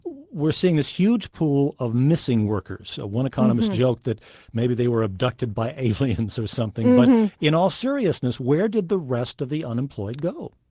we're seeing this huge pool of missing workers. one economist joked that maybe they were abducted by aliens or so something. but in all seriousness, where did the rest of the unemployed go?